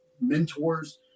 mentors